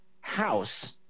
house